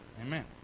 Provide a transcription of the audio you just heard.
Amen